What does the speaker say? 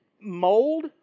mold